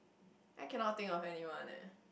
I cannot think of anyone eh